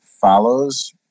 follows